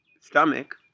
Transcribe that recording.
stomach